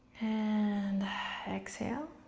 and exhale.